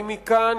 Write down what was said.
אני מכאן,